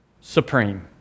supreme